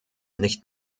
nicht